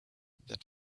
that